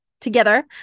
Together